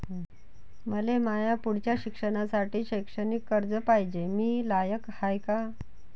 मले माया पुढच्या शिक्षणासाठी शैक्षणिक कर्ज पायजे, मी लायक हाय का?